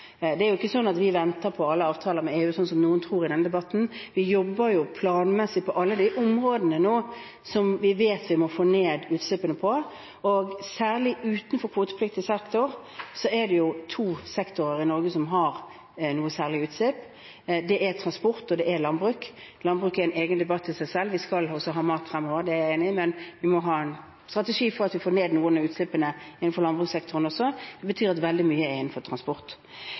Det er ikke sånn at vi venter på alle avtaler med EU, slik noen i denne debatten tror. Vi jobber planmessig på alle de områdene der vi vet vi må få ned utslippene. Utenfor kvotepliktig sektor er det særlig to sektorer i Norge som har noe særlig med utslipp. Det er transport, og det er landbruk. Landbruket er en debatt i seg selv. Vi må ha mat også fremover, det er jeg enig i, men vi må ha en strategi for å få ned noen av utslippene innenfor landbrukssektoren også. Det betyr at veldig mye er innenfor transport,